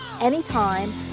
anytime